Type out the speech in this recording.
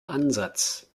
ansatz